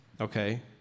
okay